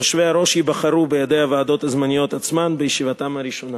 יושבי-הראש ייבחרו בידי הוועדות הזמניות עצמן בישיבתן הראשונה.